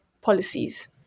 policies